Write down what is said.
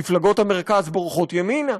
מפלגות המרכז בורחות ימינה.